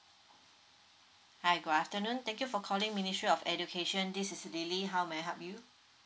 hi good afternoon thank you for calling ministry of education this is lily how may I help you